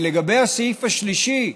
לגבי הסעיף השלישי,